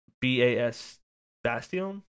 B-A-S-Bastion